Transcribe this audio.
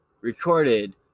Recorded